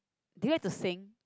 do you like to sing